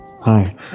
Hi